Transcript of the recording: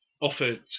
offered